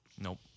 Nope